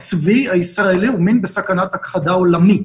הצבי הישראלי הוא מין בסכנת הכחדה עולמי.